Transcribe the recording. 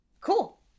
cool